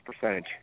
percentage